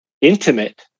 intimate